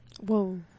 Whoa